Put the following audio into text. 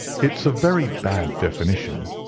it's a very bad definition,